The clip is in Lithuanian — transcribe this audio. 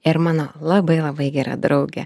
ir mano labai labai gera drauge